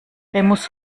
remus